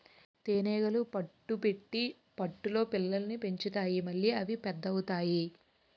తేనీగలు పట్టు పెట్టి పట్టులో పిల్లల్ని పెంచుతాయి మళ్లీ అవి పెద్ద అవుతాయి